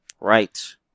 Right